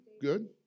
good